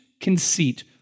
conceit